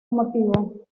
motivo